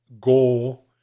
goal